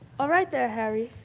alright there, harry.